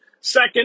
Second